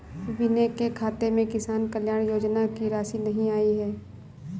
विनय के खाते में किसान कल्याण योजना की राशि नहीं आई है